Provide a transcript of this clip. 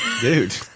Dude